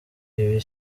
ibi